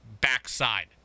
backside